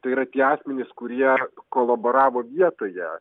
tai yra tie asmenys kurie koloboravo vietoje